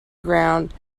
ground